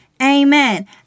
Amen